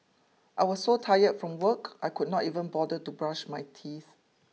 I was so tired from work I could not even bother to brush my teeth